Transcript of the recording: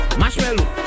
marshmallow